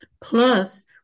Plus